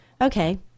okay